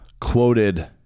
quoted